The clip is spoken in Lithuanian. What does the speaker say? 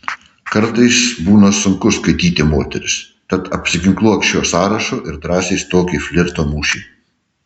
kartais būna sunku skaityti moteris tad apsiginkluok šiuo sąrašu ir drąsiai stok į flirto mūšį